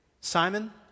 Simon